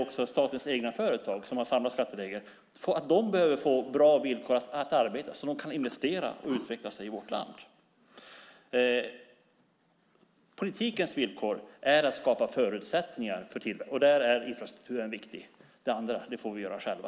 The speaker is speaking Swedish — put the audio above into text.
Också statens egna företag som har samma skatteregler behöver få bra villkor att arbeta så att de kan investera och utvecklas i vårt land. Politikens uppgift är att skapa förutsättningar för tillväxt, och där är infrastrukturen viktig. Det andra får vi göra själva.